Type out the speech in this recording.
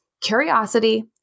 curiosity